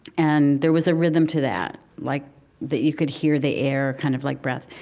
and there was a rhythm to that, like that you could hear the air, kind of like breath.